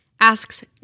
asks